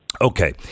Okay